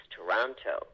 Toronto